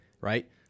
right